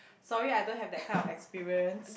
sorry I don't have that kind of experience